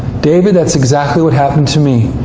david, that's exactly what happened to me.